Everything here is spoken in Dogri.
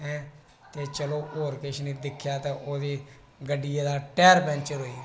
ते चलो होर किश नेईं दिक्खेआ ते ओहदी गड्डियै दा टैर पैंचर होई गेदा